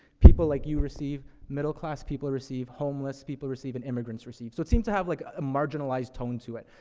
people like you receive, middle class people receive, homeless people receive, and immigrants receive. so it's seemed to have, like, a marginalized tone to it.